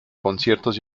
conciertos